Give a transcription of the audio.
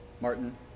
Martin